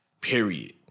period